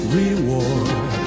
reward